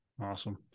awesome